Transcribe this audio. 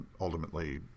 ultimately